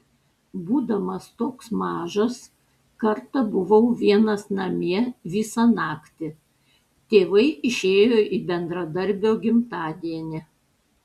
būdamas toks mažas kartą buvau vienas namie visą naktį tėvai išėjo į bendradarbio gimtadienį